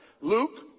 Luke